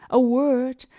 a word,